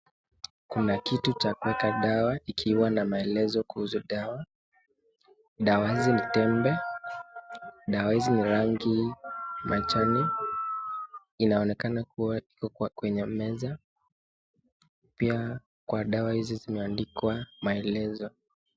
Kuna kitu cha kuweka dawa ikiwa na maelezo kuhusu dawa, dawa hizi ni tembe, dawa hizi ni rangi majani. Inaonekana kuwa iko kwenye meza ,pia kwa dawa hizi zimeandikwa maelezo.